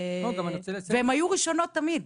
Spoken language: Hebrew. והן היו ראשונות תמיד.